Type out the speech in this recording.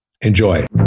Enjoy